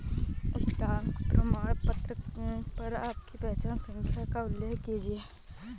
stock प्रमाणपत्र पर आपकी पहचान संख्या का उल्लेख किया गया है